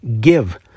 Give